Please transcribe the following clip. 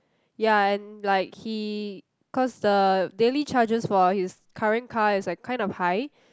ya and like he cause the daily charges for his current car is like kind of high